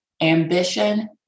ambition